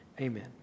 amen